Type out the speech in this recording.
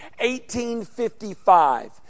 1855